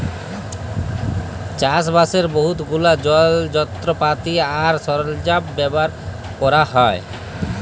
চাষবাসের বহুত গুলা যলত্রপাতি আর সরল্জাম ব্যাভার ক্যরা হ্যয়